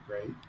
right